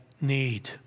need